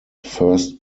first